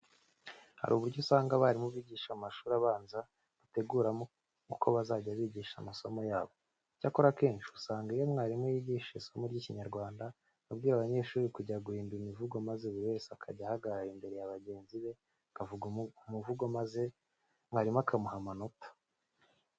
Hari uburyo usanga abarimu bigisha mu mashuri abanza bateguramo uko bazajya bigisha amasomo yabo. Icyakora akenshi, usanga iyo umwarimu yigisha isomo ry'Ikinyarwanda abwira abanyeshuri kujya guhimba imivugo maze buri wese akajya ahagarara imbere ya bagenzi be akavuga umuvugo maze mwarimu akamuha amanota.